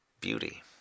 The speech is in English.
beauty